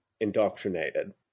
indoctrinated